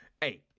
hey